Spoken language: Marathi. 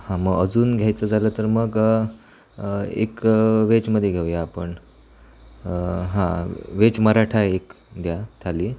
हां मग अजून घ्यायचं झालं तर मग एक व्हेजमध्ये घेऊया आपण हां व्हेज मराठा एक द्या थाली